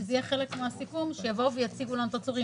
שזה יהיה חלק מהסיכום שיבואו ויציגו לנו את הדברים,